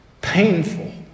Painful